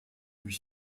lui